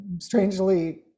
strangely